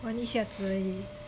玩一下自己